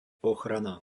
ochrana